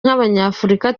nk’abanyafurika